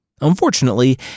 Unfortunately